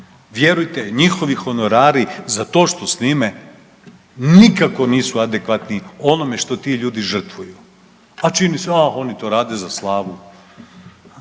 Vjerujte njihovi honorari za to što snime nikako nisu adekvatni onome što ti ljudi žrtvuju, a čini se, a oni to rade za slavu.